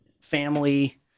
family